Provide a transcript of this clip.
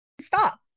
stop